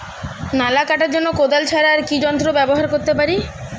নালা কাটার জন্য কোদাল ছাড়া আর কি যন্ত্র ব্যবহার করতে পারি?